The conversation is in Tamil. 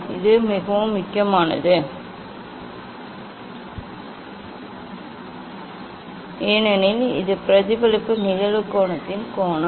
இது மிகவும் முக்கியமானது ஏனெனில் இது பிரதிபலிப்பு நிகழ்வு கோணத்தின் கோணம்